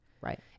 right